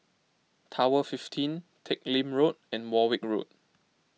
Tower fifteen Teck Lim Road and Warwick Road